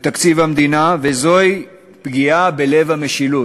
וזוהי פגיעה בלב המשילות.